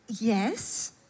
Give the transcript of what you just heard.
yes